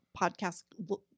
podcast